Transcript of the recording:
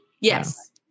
Yes